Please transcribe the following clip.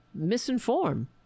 misinform